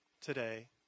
today